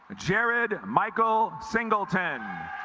jared michael singleton